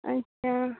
ᱟᱪᱪᱷᱟ